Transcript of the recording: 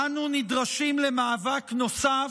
אנו נדרשים למאבק נוסף,